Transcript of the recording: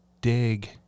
dig